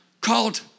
Called